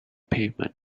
pavement